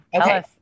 Okay